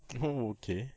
oh okay